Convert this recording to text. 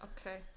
Okay